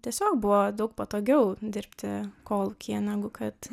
tiesiog buvo daug patogiau dirbti kolūkyje negu kad